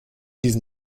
diesen